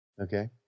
Okay